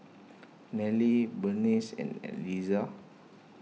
Nelie Burnice and Elizah